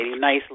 nice